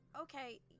okay